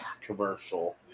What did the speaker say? commercial